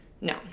No